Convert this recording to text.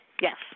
Yes